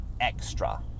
extra